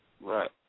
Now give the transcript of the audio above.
Right